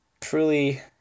truly